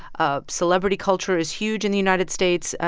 ah celebrity culture is huge in the united states,